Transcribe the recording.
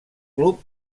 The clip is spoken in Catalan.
club